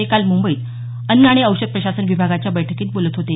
ते काल मुंबईत अन्न आणि औषध प्रशासन विभागाच्या बैठकीत बोलत होते